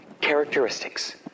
Characteristics